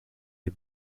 les